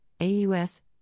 AUS